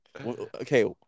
Okay